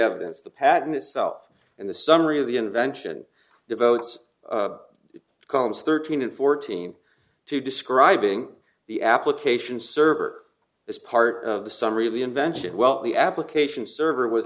evidence the patent itself and the summary of the invention devotes columns thirteen and fourteen to describing the application server as part of some really invention well the application server w